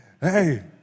Hey